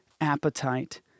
appetite